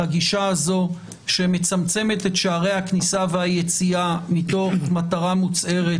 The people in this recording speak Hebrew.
הגישה הזאת שמצמצמת את שערי הכניסה והיציאה מתוך מטרה מוצהרת